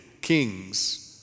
kings